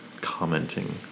commenting